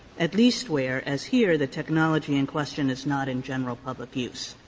at least where, as here, the technology in question is not in general public use.